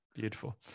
Beautiful